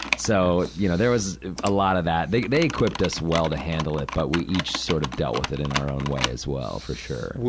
so, you know, there was a lot of that. they they equipped us well to handle it. but we each sort of dealt with it in our own way as well, for sure.